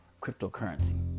cryptocurrency